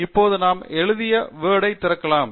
இப்போது நாம் எழுதிய வேர்ட் ஐ திறக்கலாம்